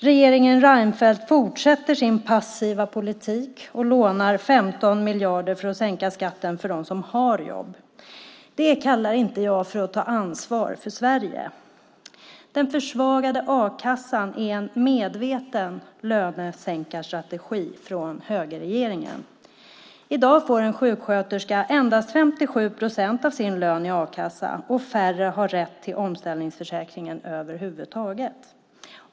Regeringen Reinfeldt fortsätter sin passiva politik och lånar 15 miljarder för att sänka skatterna för dem som har jobb. Det kallar jag inte för att ta ansvar för Sverige. Den försvagade a-kassan är en medveten lönesänkarstrategi från högerregeringen. I dag får en sjuksköterska endast 57 procent av sin lön i a-kassa, och färre har rätt till omställningsförsäkringen över huvud taget.